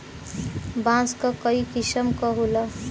बांस क कई किसम क होला